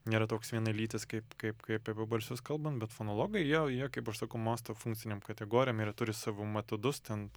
nėra toks vienalytis kaip kaip kaip apie balsius kalbam bet fonologai jie jie kaip aš sakau mąsto funkcinėm kategorijom ir jie turi savo matodus ten